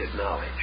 knowledge